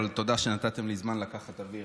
אבל תודה שנתתם לי זמן לקחת אוויר.